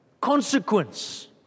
consequence